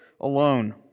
alone